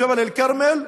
בג'בל אלכרמל.